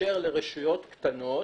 לאפשר לרשויות קטנות